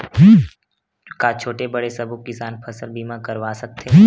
का छोटे बड़े सबो किसान फसल बीमा करवा सकथे?